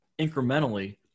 incrementally